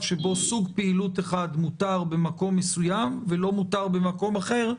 שבו סוג פעילות אחד מותר במקום מסוים ולא מותר במקום אחר,